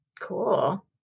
Cool